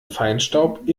feinstaub